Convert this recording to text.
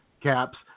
caps